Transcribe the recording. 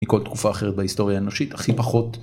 מכל תקופה אחרת בהיסטוריה האנושית, הכי פחות.